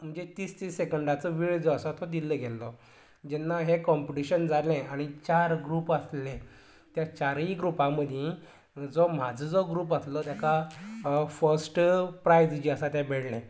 म्हणजे तीस तीस सेकंदाचो वेळ जो आसा तो दिल्ल गेल्लो जेन्ना हें कॉम्पटिशन जालें आनी चार ग्रूप आसले त्या चारय ग्रुपां मदीं जो म्हाजो जो ग्रूप आसलो तेका फस्ट प्रायज जें आसा तें मेळ्ळें